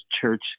church